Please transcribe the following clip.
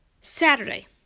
Saturday